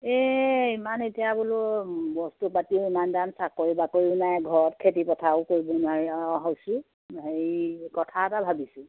এই ইমান এতিয়া বোলো বস্তু পাতিও ইমান দাম চাকৰি বাকৰিও নাই ঘৰত খেতি পথাৰও কৰিব নোৱাৰি আৰু হৈছোঁ হেৰি কথা এটা ভাবিছোঁ